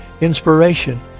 inspiration